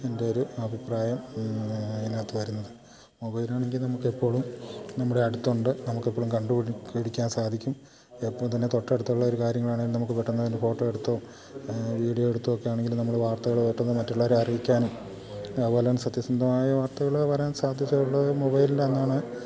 എൻ്റെ ഒരു അഭിപ്രായം അതിനകത്ത് വരുന്നത് മൊബൈലാണെങ്കിൽ നമുക്കെപ്പോഴും നമ്മുടെ അടുത്തുണ്ട് നമുക്കെപ്പൊഴും കണ്ടുപിടി പിടിക്കാൻ സാധിക്കും എപ്പോൾ തന്നെ തൊട്ടടുത്തുള്ള ഒരു കാര്യങ്ങളാണെങ്കിലും നമുക്ക് പെട്ടന്നതിൻ്റെ ഫോട്ടോ എടുത്തോ വീഡിയോ എടുത്തോ ഒക്കെ ആണെങ്കിലും നമ്മള് വാർത്തകള് പെട്ടെന്ന് മറ്റുള്ളവരെ അറിയിക്കാനും അതുപോലെ സത്യസന്ധമായ വാർത്തകള് വരാൻ സാധ്യതയുള്ളത് മൊബൈലിൽ നിന്നാണ്